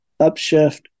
Upshift